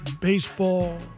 baseball